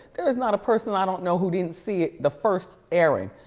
there was not a person i don't know who didn't see it the first airing,